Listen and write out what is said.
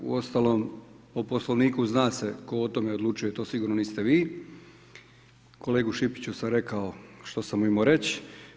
Uostalom, o Poslovniku zna se tko o tome odlučuje, to sigurno niste vi, kolegi Šipiću sam rekao što sam imao reći.